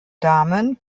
damen